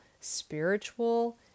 spiritual